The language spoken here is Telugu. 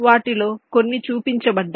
వాటిలో కొన్ని చూపించబడ్డాయి